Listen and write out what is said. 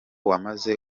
wamaze